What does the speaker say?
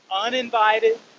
uninvited